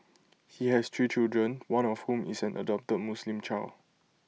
he has three children one of whom is an adopted Muslim child